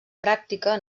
pràctica